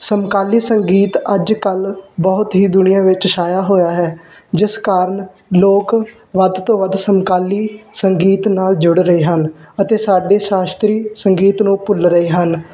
ਸਮਕਾਲੀ ਸੰਗੀਤ ਅੱਜ ਕੱਲ ਬਹੁਤ ਹੀ ਦੁਨੀਆਂ ਵਿੱਚ ਛਾਇਆ ਹੋਇਆ ਹੈ ਜਿਸ ਕਾਰਨ ਲੋਕ ਵੱਧ ਤੋਂ ਵੱਧ ਸਮਕਾਲੀ ਸੰਗੀਤ ਨਾਲ ਜੁੜ ਰਹੇ ਹਨ ਅਤੇ ਸਾਡੇ ਸਾਸਤਰੀ ਸੰਗੀਤ ਨੂੰ ਭੁੱਲ ਰਹੇ ਹਨ